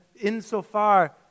insofar